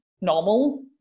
normal